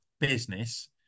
business